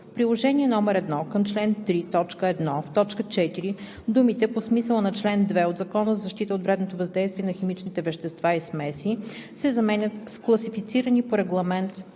приложение № 1 към чл. 3, т. 1, в т. 4 думите „по смисъла на чл. 2 от Закона за защита от вредното въздействие на химичните вещества и смеси“ се заменят с „класифицирани по Регламент